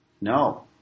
No